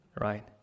right